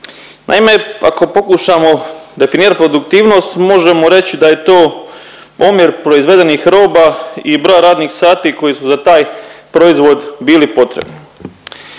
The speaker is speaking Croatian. Naime, ako pokušamo definirat produktivnost možemo reći da je to omjer proizvedenih roba i broja radnih sati koji su za taj proizvod bili potrebni.